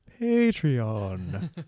Patreon